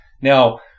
Now